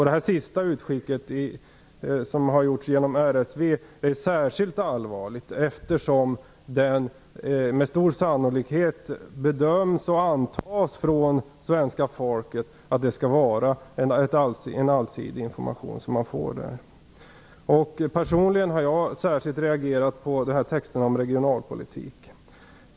Det senaste utskicket som gjorts av RSV är särskilt allvarligt, eftersom svenska folket med stor sannolikhet antar att den information som kommer därifrån är allsidig och därför bedömer den som sådan. Personligen har jag särskilt reagerat på texterna om regionalpolitik.